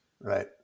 Right